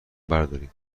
برداریم